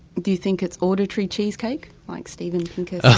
do you think it's auditory cheesecake, like steven pinker